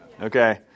Okay